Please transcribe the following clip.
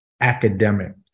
academic